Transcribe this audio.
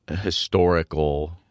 historical